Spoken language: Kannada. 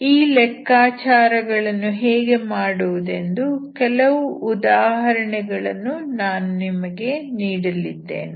ಈ ಲೆಕ್ಕಾಚಾರಗಳನ್ನು ಹೇಗೆ ಮಾಡುವುದೆಂದು ಕೆಲವು ಉದಾಹರಣೆಗಳನ್ನು ನಾನು ನಿಮಗೆ ನೀಡಲಿದ್ದೇನೆ